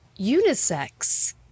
unisex